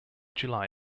july